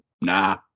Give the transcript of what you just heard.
nah